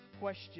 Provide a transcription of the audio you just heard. question